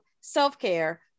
self-care